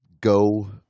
go